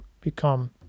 become